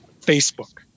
Facebook